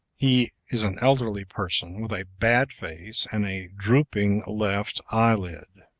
he is an elderly person, with a bad face and a drooping left eyelid.